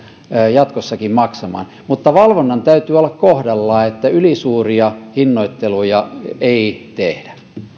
jatkossakin maksamaan mutta valvonnan täytyy olla kohdallaan että ylisuuria hinnoitteluja ei tehdä